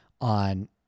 on